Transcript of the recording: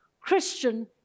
Christian